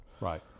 right